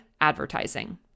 advertising